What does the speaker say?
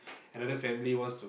another family wants to